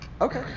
Okay